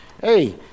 Hey